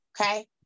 Okay